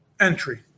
entry